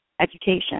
education